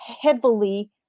heavily